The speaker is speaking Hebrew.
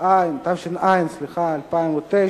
התש"ע 2010, לקריאה שנייה ושלישית.